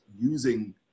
using